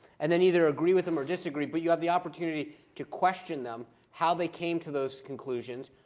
and then either agree with them or disagree. but you have the opportunity to question them how they came to those conclusions,